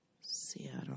Seattle